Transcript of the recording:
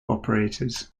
operators